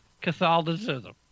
Catholicism